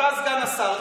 אתה סגן השר,